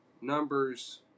numbers